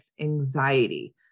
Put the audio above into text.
anxiety